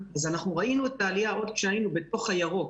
אז ראינו את העלייה עוד כשהיינו בתוך הירוק.